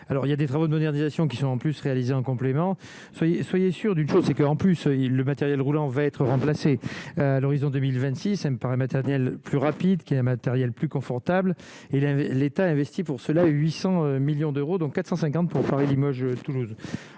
alors il y a des travaux de modernisation qui sont en plus réalisé en complément soyez, soyez sûrs d'une chose c'est que en plus il le matériel roulant, va être à l'horizon 2026 me paraît matériel plus rapide qui est matériel plus confortable, il avait l'État investit pour cela 800 millions d'euros, dont 450 pour Paris Limoges Toulouse